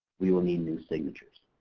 we will need new signatures.